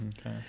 Okay